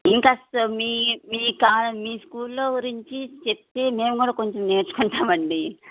ఇంకా స మీ మీ కా మీ స్కూల్లో గురించి చెప్పి మేము కూడా కొంచెం నేర్చుకుంటాం అండి